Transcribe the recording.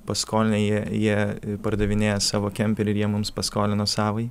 paskolinę jie jie pardavinėja savo kemperį ir jie mums paskolino savąjį